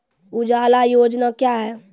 उजाला योजना क्या हैं?